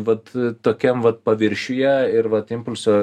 vat tokiam vat paviršiuje ir vat impulso